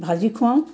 ভাজি খোৱাওঁ